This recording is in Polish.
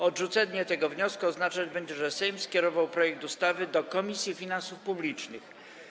Odrzucenie tego wniosku oznaczać będzie, że Sejm skierował projekt ustawy do Komisji Finansów Publicznych.